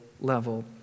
level